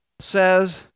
says